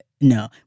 no